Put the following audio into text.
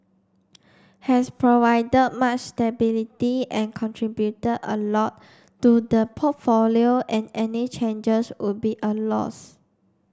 has provided much stability and contributed a lot to the portfolio and any changes would be a loss